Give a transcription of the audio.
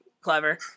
clever